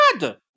mad